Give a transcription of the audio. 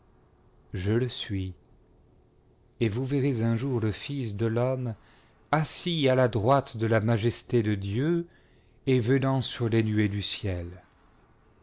je le suis et vous verrez un jour ie fils de l'homme assis à la droite de la majesté de dieu et venant sur les nuées du ciel